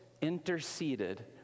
interceded